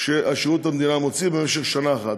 ששירות המדינה מוציא במשך שנה אחת.